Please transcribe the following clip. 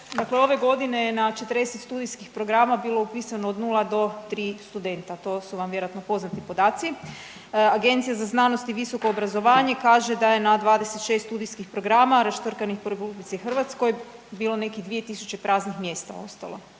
Dakle, ove godine je na 40 studijskih programa bilo upisano od nula do 3 studenta. To su vam vjerojatno poznati podaci. Agencija za znanost i visoko obrazovanje kaže da je na 26 studijskih programa raštrkanih po Republici Hrvatskoj bilo nekih 2000 praznih mjesta ostalo,